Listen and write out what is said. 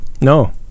No